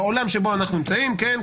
בעולם שבו אנחנו נמצאים כן,